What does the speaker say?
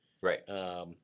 right